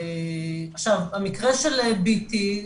המקרה של ביטי,